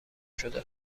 شده